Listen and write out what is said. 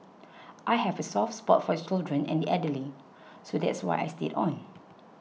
I have a soft spot for children and the elderly so that's why I stayed on